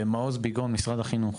מעוז ביגון, משרד החינוך.